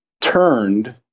turned